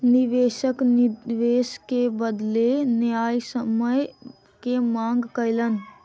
निवेशक निवेश के बदले न्यायसम्य के मांग कयलैन